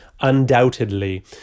Undoubtedly